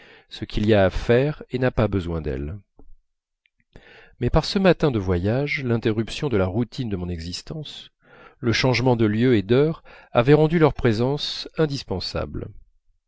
ce qu'il y a à faire et n'a pas besoin d'elles mais par ce matin de voyage l'interruption de la routine de mon existence le changement de lieu et d'heure avaient rendu leur présence indispensable